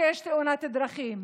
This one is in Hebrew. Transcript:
שיש תאונת דרכים,